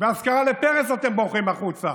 באזכרה לפרס אתם בורחים החוצה,